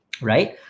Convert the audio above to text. Right